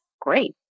great